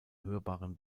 hörbaren